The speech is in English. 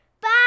Bye